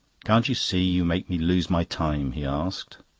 can't you see you make me lose my time? he asked.